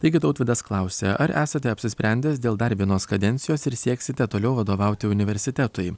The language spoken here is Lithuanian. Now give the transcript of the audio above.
taigi tautvydas klausia ar esate apsisprendęs dėl dar vienos kadencijos ir sieksite toliau vadovauti universitetui